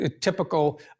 typical